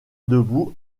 debout